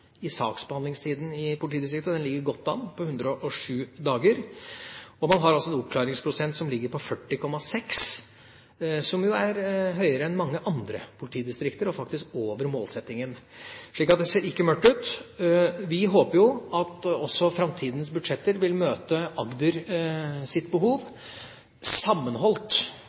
i saksbehandlingstida i politidistriktet, og den ligger godt an, på 107 dager. Man har en oppklaringsprosent som ligger på 40,6, som er høyere enn i mange andre politidistrikter, og faktisk over målsettingen. Så det ser ikke mørkt ut. Vi håper også at framtidas budsjetter vil møte Agders behov, sammenholdt